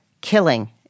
killing